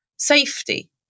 Safety